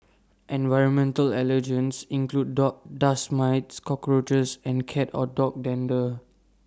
environmental allergens include dust mites cockroaches and cat or dog dander